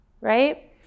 Right